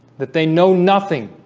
that they know nothing